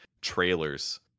trailers